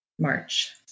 March